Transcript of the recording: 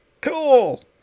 Cool